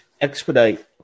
expedite